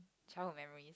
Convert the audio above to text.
child memories